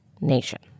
Nation